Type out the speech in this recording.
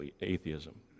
atheism